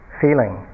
feeling